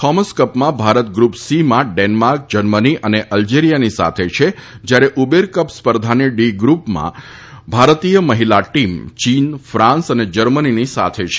Thomas કપમાં Bharat group C માં Denmark Germany અને અલ્જેરીયાની સાથે છે જ્યારે ઉબેર કપ સ્પર્ધાની ડી ગ્રૂપમાં ભારતીય મહિલા ટીમ ચીન ફાન્સ અને જર્મનીની સાથે છે